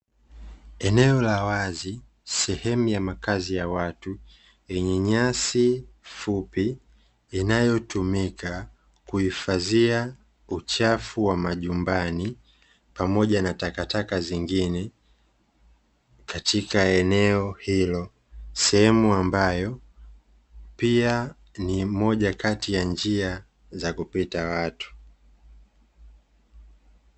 Eneo la wazi, sehemu ya makazi ya watu, yenye nyasi fupi inayotumika kuhifadhia uchafu wa majumbani pamoja na takataka zingine katika eneo hilo. Sehemu ambayo pia ni moja kati ya njia za kupita watu.